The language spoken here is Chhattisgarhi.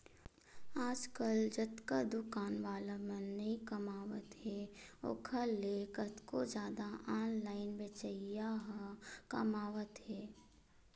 आजकल जतका दुकान वाला मन नइ कमावत हे ओखर ले कतको जादा ऑनलाइन बेचइया ह कमावत हें